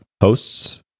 hosts